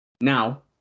Now